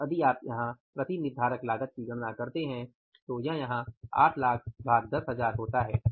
और यदि आप यहाँ प्रति निर्धारक लागत की गणना करते हैं तो यह यहाँ 800000 भाग 10000 होता है